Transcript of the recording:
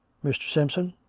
mr, simpson.